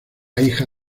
hija